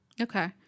Okay